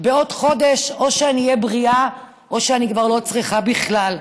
בעוד חודש או שאני אהיה בריאה או שאני כבר לא אצטרך בכלל.